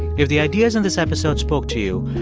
if the ideas in this episode spoke to you,